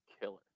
killer